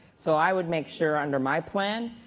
so i would make sure under my plan,